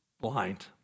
blind